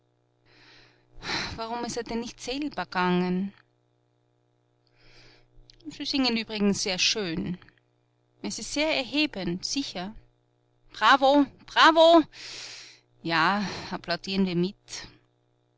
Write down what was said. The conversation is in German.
warum ist er denn nicht selber gegangen sie singen übrigens sehr schön es ist sehr erhebend sicher bravo bravo ja applaudieren wir mit